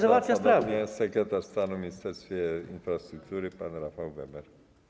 Odpowiada ponownie sekretarz stanu w Ministerstwie Infrastruktury pan Rafał Weber.